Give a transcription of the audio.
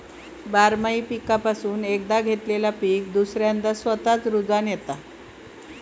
बारमाही पीकापासून एकदा घेतलेला पीक दुसऱ्यांदा स्वतःच रूजोन येता